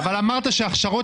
(חבר הכנסת יעקב אשר יוצא מחדר הוועדה) אבל אמרת שהכשרות